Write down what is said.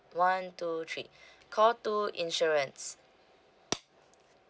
one two three call two insurance